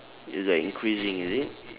it's like increasing is it